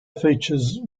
features